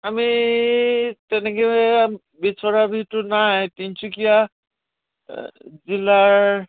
আমি তেনেকৈ বিচৰাভিতো নাই তিনিচুকীয়া জিলাৰ